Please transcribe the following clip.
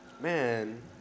Man